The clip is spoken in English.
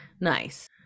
Nice